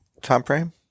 timeframe